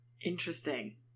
Interesting